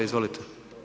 Izvolite.